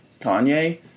Kanye